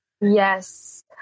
Yes